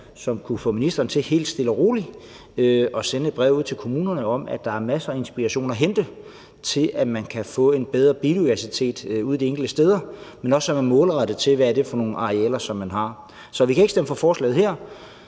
som kunne få ministeren til helt stille og roligt at sende et brev ud til kommunerne om, at der er masser af inspiration at hente til, at man kan få en bedre biodiversitet ude de enkelte steder, men som også er målrettet mod de arealer, som man har. Så vi kan ikke stemme for forslaget her,